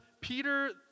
Peter